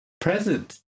present